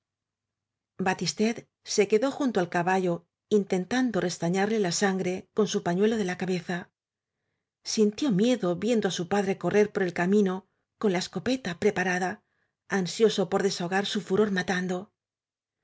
batistet se quedó junto al caballo intentan do restañarle la sangre con su pañuelo de la cabeza sintió miedo viendo á su padre correr por el camino con la escopeta preparada an sioso por desahogar su furor matando